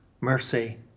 mercy